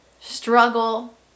struggle